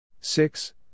Six